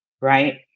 right